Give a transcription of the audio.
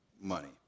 money